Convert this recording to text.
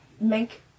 make